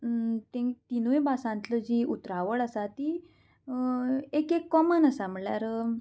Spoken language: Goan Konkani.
तेंक तिनूय भासांतल्यो जी उतरावळ आसा ती एक एक कॉमन आसा म्हणल्यार